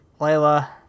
Layla